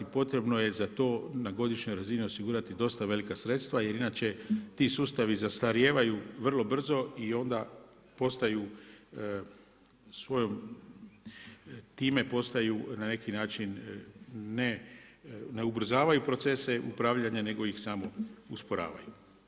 I potrebno je za to na godišnjoj razini osigurati dosta velika sredstva jer inače ti sustavi zastarijevaju vrlo brzo i onda postaju, time postaju na neki način ne ubrzavaju procese upravljanja nego ih samo usporavaju.